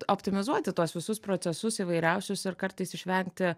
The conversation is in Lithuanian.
optimizuoti tuos visus procesus įvairiausius ir kartais išvengti